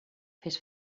fes